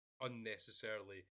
Unnecessarily